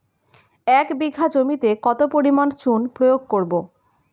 এক বিঘা জমিতে কত পরিমাণ চুন প্রয়োগ করব?